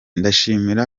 ndashimira